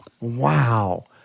wow